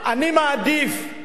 מאיר שטרית הוא לא השלטון.